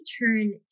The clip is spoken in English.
turn